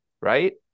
Right